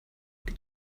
did